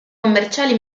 commerciali